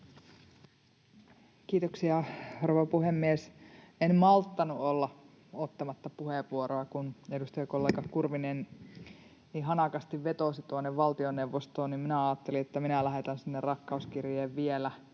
Kiitoksia, rouva puhemies! En malttanut olla ottamatta puheenvuoroa. Kun edustajakollega Kurvinen niin hanakasti vetosi tuonne valtioneuvostoon, niin minä ajattelin, että minä lähetän sinne rakkauskirjeen